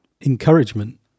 Encouragement